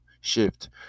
shift